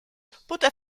poté